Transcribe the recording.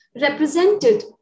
represented